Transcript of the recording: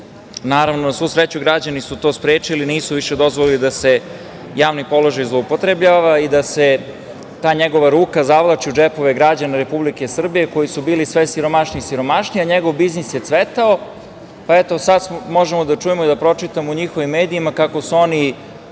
Naravno, na svu sreću građani su to sprečili, nisu više dozvolili da se javni položaj zloupotrebljava i da se ta njegova ruka zavlači u džepove građana Republike Srbije koji su beli sve siromašniji i siromašniji, a njegov biznis je cvetao. Eto, sada možemo da čujemo i da pročitamo i njihovim medijima kako su oni